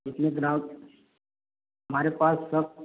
कितने दिलाऊँ हमारे पास सब